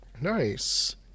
Nice